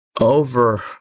over